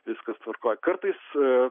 viskas tvarkoj kartais e